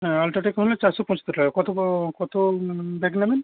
হ্যাঁ আলট্রাটেক হলে চারশো পঁচাত্তর টাকা কতো কতো ব্যাগ নেবেন